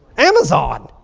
amazon!